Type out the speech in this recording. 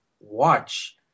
watch